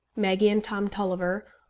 maggie and tom tulliver,